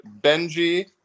Benji